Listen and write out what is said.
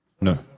No